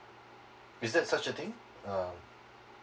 is that such a thing uh